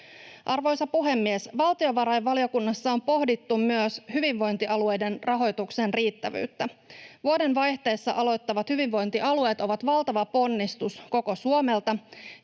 Arvoisa puhemies! Valtiovarainvaliokunnassa on pohdittu myös hyvinvointialueiden rahoituksen riittävyyttä. Vuodenvaihteessa aloittavat hyvinvointialueet ovat valtava ponnistus koko Suomelta,